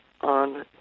on